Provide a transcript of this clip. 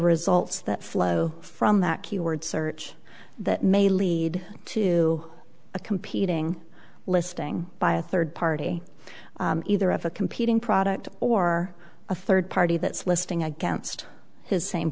results that flow from that keyword search that may lead to a competing listing by a third party either of a competing product or a third party that's listing against his same